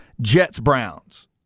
Jets-Browns